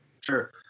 Sure